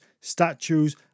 statues